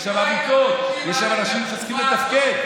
יש שם עמותות, יש שם אנשים שצריכים לתפקד.